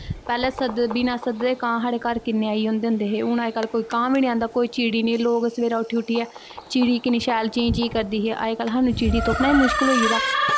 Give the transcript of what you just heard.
पैह्लैें बिनां सद्दे दे कां किन्नें साढ़े घऱ आई जंदे हे हून कोई कां बी नेंई आंदा लोग सवेरै उट्ठी उट्ठियै चिड़ी किन्नी शैल चीं चीं करदी ही अज्ज कल स्हानू चिड़ी तुप्पनां बी मुश्कल होई जंदा